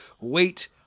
wait